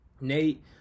Nate